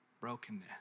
brokenness